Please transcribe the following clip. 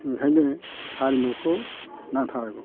ओंखायनो हारिमुखौ नांथारगौ